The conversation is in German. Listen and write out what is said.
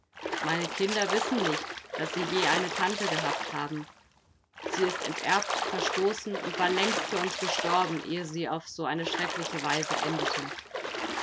meine kinder wissen nicht daß sie je eine tante gehabt haben sie ist enterbt verstoßen und war längst für uns gestorben ehe sie auf eine so schreckliche weise endete